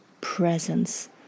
presence